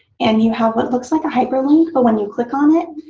and you have what looks like a hyperlink. but when you click on it,